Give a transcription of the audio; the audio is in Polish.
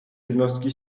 jednostki